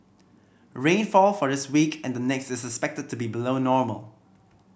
rainfall for this week and the next is expected to be below normal